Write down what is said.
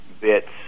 bits